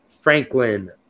Franklin